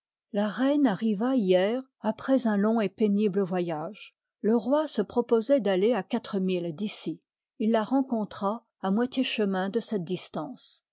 la reine arriva hier après un long j et pénible voyage le roi se propose part d'aller à quatre milles d'ici il la rencontra liv ii à moitié chemin de cette distance